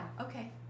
okay